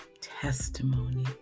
testimony